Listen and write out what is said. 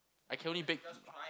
I can only bake